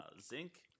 Zinc